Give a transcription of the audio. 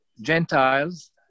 Gentiles